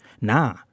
Nah